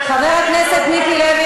חבר הכנסת מיקי לוי,